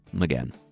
Again